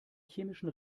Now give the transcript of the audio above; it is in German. chemischen